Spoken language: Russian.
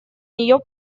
нее